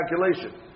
calculation